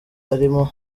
arimo